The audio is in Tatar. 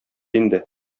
инде